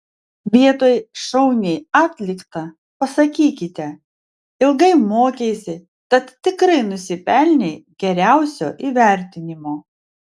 vietoj šauniai atlikta pasakykite ilgai mokeisi tad tikrai nusipelnei geriausio įvertinimo